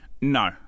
No